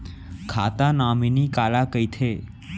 खाता नॉमिनी काला कइथे?